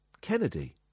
kennedy